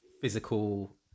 physical